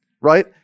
right